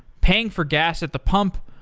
paying for gas at the pump,